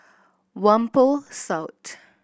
Whampoa South